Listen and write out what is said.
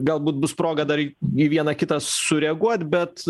galbūt bus proga dar į į vieną kitą sureaguot bet